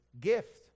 gift